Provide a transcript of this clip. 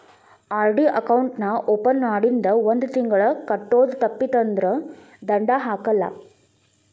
RD account ನಾ open ಮಾಡಿಂದ ಒಂದ್ ತಿಂಗಳ ಕಟ್ಟೋದು ತಪ್ಪಿತಂದ್ರ ದಂಡಾ ಹಾಕಲ್ಲ